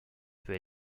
peut